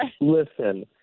Listen